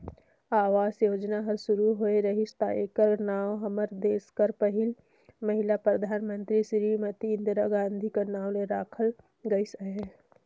आवास योजना हर सुरू होए रहिस ता एकर नांव हमर देस कर पहिल महिला परधानमंतरी सिरीमती इंदिरा गांधी कर नांव ले राखल गइस अहे